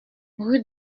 rue